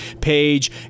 page